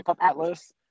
Atlas